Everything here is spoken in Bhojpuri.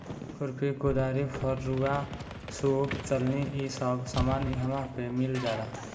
खुरपी, कुदारी, फरूहा, सूप चलनी इ सब सामान इहवा पे मिल जाला